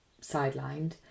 sidelined